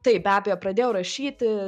taip be abejo pradėjau rašyti